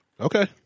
Okay